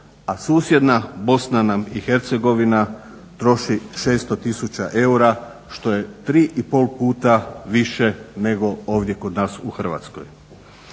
a susjedna Bosna i Hercegovina troši 600 tisuća eura što je tri i pol puta više nego ovdje kod nas u Hrvatskoj.